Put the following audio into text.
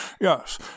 Yes